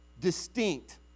distinct